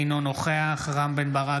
אינו נוכח רם בן ברק,